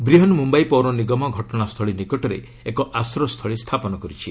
ବ୍ରିହନ୍ ମୁମ୍ୟାଇ ପୌର ନିଗମ ଘଟଣାସ୍ଥଳୀ ନିକଟରେ ଏକ ଆଶ୍ରୟସ୍ଥଳୀ ସ୍ଥାପନ କରିଛି